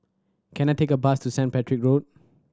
can I take a bus to Saint Patrick Road